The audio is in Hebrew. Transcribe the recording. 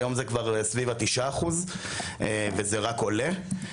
היום זה כבר סביב ה-9% וזה רק עולה,